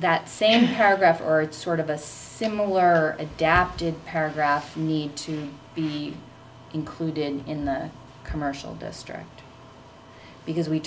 that same paragraph or sort of a similar adapted paragraph need to be included in the commercial district because we